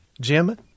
Jim